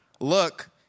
look